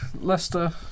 Leicester